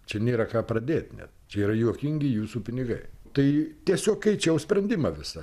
čia nėra ką pradėt net čia yra juokingi jūsų pinigai tai tiesiog keičiau sprendimą visą